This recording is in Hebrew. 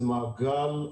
זה מעגל,